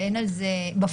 ואין על זה בפועל,